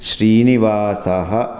श्रीनिवासः